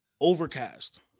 Overcast